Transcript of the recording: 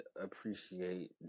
appreciate